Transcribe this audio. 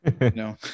No